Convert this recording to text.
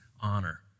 honor